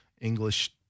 English